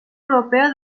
europea